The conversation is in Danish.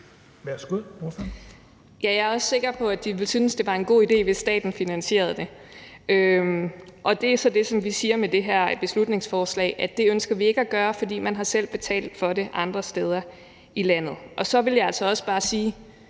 Jeg er også sikker på, at de ville synes, det var en god idé, hvis staten finansierede det, og det er så der, vi siger i forhold til det her beslutningsforslag, at det ønsker vi ikke at gøre, fordi man selv har betalt for det andre steder i landet. Og så vil jeg altså også bare sige,